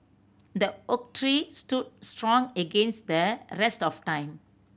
the oak tree stood strong against the rest of time